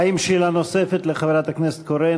האם יש שאלה נוספת לחברת הכנסת קורן?